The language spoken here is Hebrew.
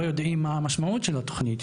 לא יודעים מה המשמעות של התוכנית,